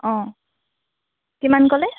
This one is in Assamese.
অঁ কিমান ক'লে